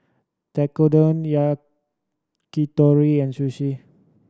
Tekkadon Yakitori and Sushi